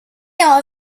are